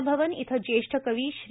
वनभवन इथं जेष्ठ कवी श्री